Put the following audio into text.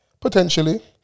Potentially